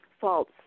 false